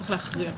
צריך להכריע.